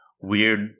weird